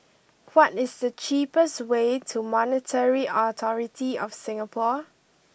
what is the cheapest way to Monetary Authority Of Singapore